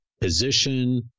position